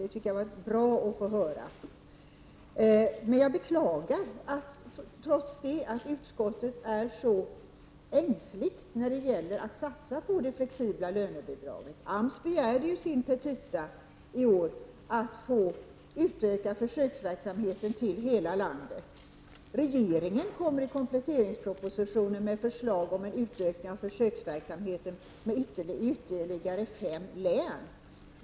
Det var bra att få höra det. Jag beklagar emellertid att utskottet är så ängsligt när det gäller att satsa på det flexibla lönebidraget. AMS begärde ju i sin petita i år att få öka försöksverksamheten till hela landet. Regeringen kommer i kompletteringspro positionen med förslag till en utökning av försöksverksamheten till ytterligare fem län.